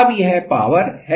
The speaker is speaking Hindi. अब यह पावर है